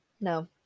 no